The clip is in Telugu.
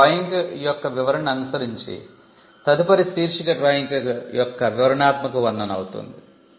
ఇప్పుడు డ్రాయింగ్ యొక్క వివరణను అనుసరించి తదుపరి శీర్షిక డ్రాయింగ్ యొక్క వివరణాత్మక వర్ణన అవుతుంది